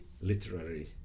literary